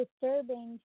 disturbing